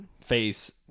face